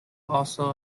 also